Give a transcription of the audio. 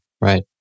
Right